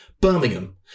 Birmingham